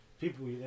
People